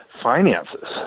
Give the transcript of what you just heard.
finances